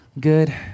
Good